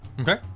Okay